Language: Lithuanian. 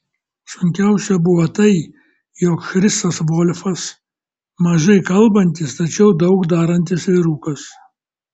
sunkiausia buvo tai jog chrisas volfas mažai kalbantis tačiau daug darantis vyrukas